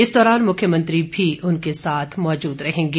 इस दौरान मुख्यमंत्री भी उनके साथ मौजूद रहेंगे